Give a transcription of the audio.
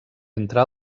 entre